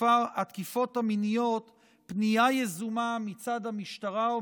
התקיפות המיניות פנייה יזומה מצד המשטרה או